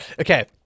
Okay